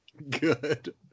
good